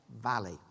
Valley